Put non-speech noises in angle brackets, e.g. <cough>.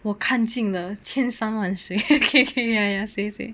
我看尽了千山万水 <laughs> okay okay ya ya say say